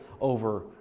over